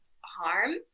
harm